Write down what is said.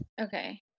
Okay